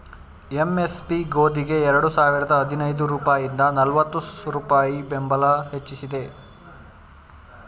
MSP ಗೋದಿಗೆ ಎರಡು ಸಾವಿರದ ಹದಿನೈದು ರೂಪಾಯಿಂದ ನಲ್ವತ್ತು ರೂಪಾಯಿ ಬೆಂಬಲ ಬೆಲೆ ಹೆಚ್ಚಿಸಿದೆ